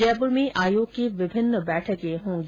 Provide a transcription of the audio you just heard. जयपुर में आयोग की विभिन्न बैठकें होंगी